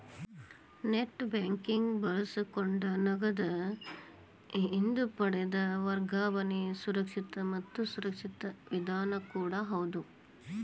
net banking ಬಳಸಕೊಂಡ ನಗದ ಹಿಂಪಡೆದ ವರ್ಗಾವಣೆ ಸುರಕ್ಷಿತ ಮತ್ತ ಸುರಕ್ಷಿತ ವಿಧಾನ ಕೂಡ ಹೌದ್